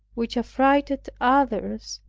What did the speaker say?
which affrighted others,